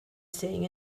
staying